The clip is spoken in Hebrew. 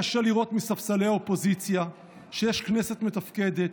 קשה לראות מספסלי האופוזיציה שיש כנסת מתפקדת,